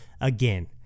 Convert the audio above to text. again